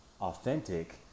authentic